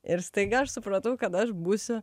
ir staiga aš supratau kad aš būsiu